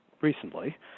recently